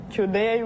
Today